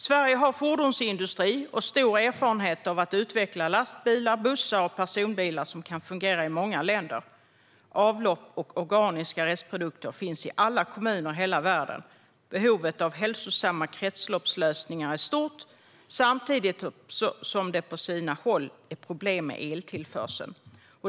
Sverige har en fordonsindustri med stor erfarenhet av att utveckla lastbilar, bussar och personbilar som kan fungera i många länder. Avlopp och organiska restprodukter finns i alla kommuner i hela världen. Behovet av hälsosamma kretsloppslösningar är stort, samtidigt som det på sina håll är problem med eltillförseln.